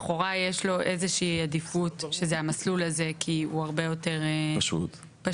הוראה נפרדת שמדברת על כפל מבצעים מכוח אותה פסקה.